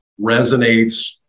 resonates